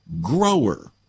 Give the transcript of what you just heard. grower